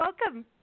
welcome